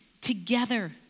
together